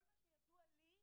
כל מה שידוע לי,